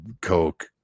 Coke